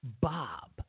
Bob